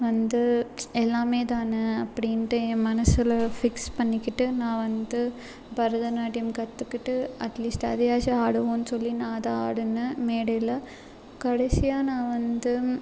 வந்து எல்லாம் தான் அப்படின்டு என் மனதில் ஃபிக்ஸ் பண்ணிக்கிட்டு நான் வந்து பரதநாட்டியம் கற்றுக்கிட்டு அட்லீஸ்ட் அதையாச்சும் ஆடுவோம்னு சொல்லி நான் அதை ஆடுன மேடையில் கடைசியாக நான் வந்து